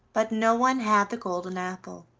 but no one had the golden apple,